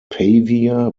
pavia